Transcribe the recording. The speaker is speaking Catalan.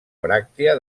bràctea